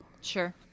Sure